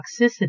toxicity